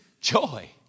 joy